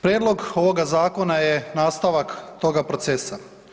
Prijedlog ovoga zakona je nastavak toga procesa.